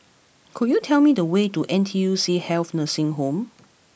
could you tell me the way to N T U C Health Nursing Home